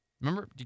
Remember